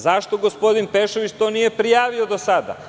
Zašto gospodin Pešović to nije prijavio do sada?